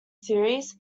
series